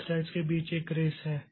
तो थ्रेड्स के बीच एक रेस है